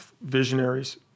visionaries